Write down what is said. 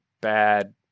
bad